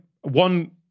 one